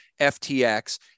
FTX